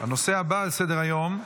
הנושא הבא על סדר-היום,